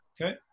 Okay